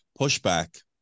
pushback